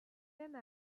mêmes